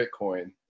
Bitcoin